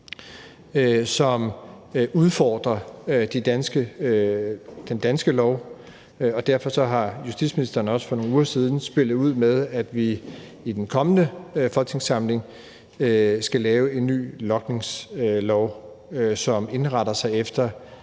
som udfordrer den danske lov, og derfor har justitsministeren også for nogle uger siden spillet ud med, at vi i den kommende folketingssamling skal lave en ny logningslov, som indretter sig efter